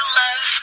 love